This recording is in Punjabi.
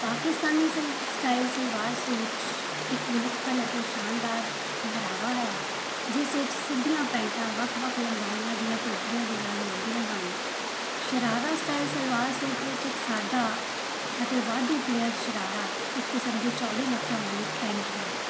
ਪਾਕਿਸਤਾਨੀ ਸਲ ਸਟਾਈਲ ਸਲਵਾਰ ਸੂਟ ਇੱਕ ਵਿਲੱਖਣ ਅਤੇ ਸ਼ਾਨਦਾਰ ਪਹਿਰਾਵਾ ਹੈ ਜਿਸ ਵਿੱਚ ਸਿੱਧੀਆਂ ਪੈਂਟਾਂ ਵੱਖ ਵੱਖ ਲੰਬਾਈਆਂ ਦੀਆਂ ਕੁੜਤੀਆਂ ਦੇ ਨਾਲ ਮਿਲਦੀਆਂ ਹਨ ਸ਼ਰਾਰਾ ਸਟਾਈਲ ਸਲਵਾਰ ਸੂਟ ਵਿੱਚ ਇੱਕ ਸਾਦਾ ਅਤੇ ਵਾਧੂ ਫਲੇਅਰਡ ਸ਼ਰਾਰਾ ਇੱਕ ਕਿਸਮ ਦੀ ਚੌੜੀ ਲੱਤਾਂ ਵਾਲੀ ਪੈਂਟ ਹੈ